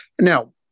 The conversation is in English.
Now